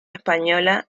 española